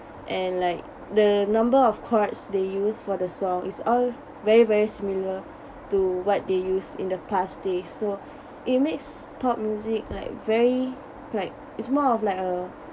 and like the number of chords they use for the song is all very very similar to what they used in the past days so it makes pop music like very like is more of like a